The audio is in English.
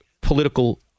political